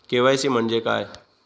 KYC म्हणजे काय?